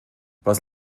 was